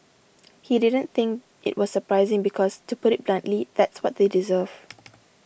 he didn't think it was surprising because to put it bluntly that's what they deserve